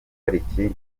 pariki